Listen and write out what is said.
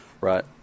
Right